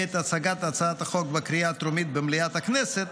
בעת הצגת הצעת החוק בקריאה הטרומית במליאת הכנסת: